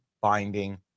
binding